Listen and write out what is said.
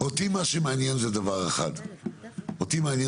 אותי מעניין דבר אחד.